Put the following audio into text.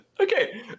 okay